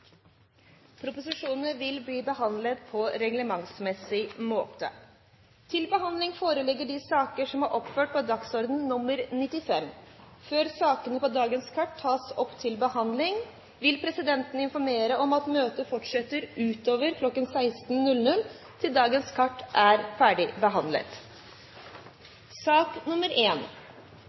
og vil ta sete. Før sakene på dagens kart tas opp til behandling, vil presidenten informere om at møtet fortsetter utover kl. 16.00 til dagens kart er